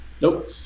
Nope